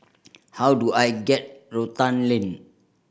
how do I get Rotan Lane